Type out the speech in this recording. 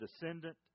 descendant